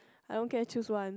I dont care choose one